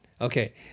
Okay